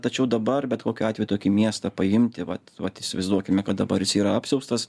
tačiau dabar bet kokiu atveju tokį miestą paimti vat vat įsivaizduokime kad dabar jis yra apsiaustas